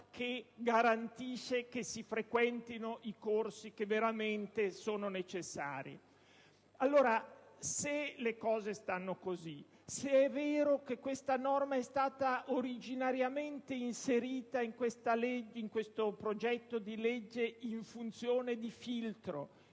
che garantisce la frequenza dei corsi veramente necessari. Se le cose stanno così, e se è vero che questa norma è stata originariamente inserita in questo progetto di legge in funzione di filtro,